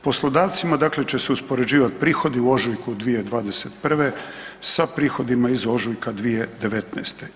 Poslodavcima dakle će se uspoređivati prihodi u ožujku 2021. sa prihodima iz ožujka 2019.-te.